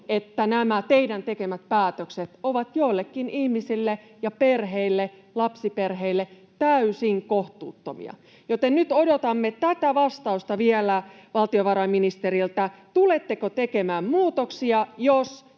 että nämä teidän tekemänne päätökset ovat joillekin ihmisille ja perheille, lapsiperheille, täysin kohtuuttomia? Joten nyt odotamme tätä vastausta vielä valtiovarainministeriltä. Tuletteko tekemään muutoksia, jos